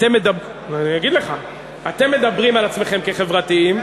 אני אגיד לך, אתם מדברים על עצמכם כחברתיים,